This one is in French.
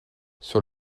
sur